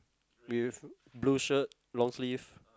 with blue shirt long sleeves